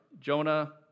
Jonah